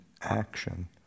action